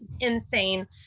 insane